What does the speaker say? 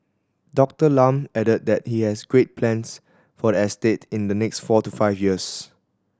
Doctor Lam added that he has great plans for the estate in the next four to five years